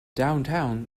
downtown